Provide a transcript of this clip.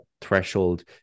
threshold